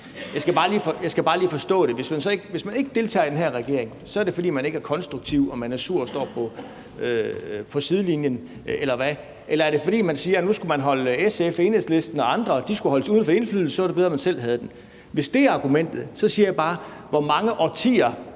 Jeg skal bare lige forstå det: Hvis man ikke deltager i den her regering, er det, fordi man ikke er konstruktiv og man er sur og står på sidelinjen, eller hvad? Eller er det sådan, at man siger, at nu skulle man holde SF, Enhedslisten og andre uden for indflydelse, og at det så var bedre, at man selv havde den? Hvis det er argumentet, siger jeg bare: Hvor mange årtier